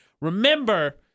Remember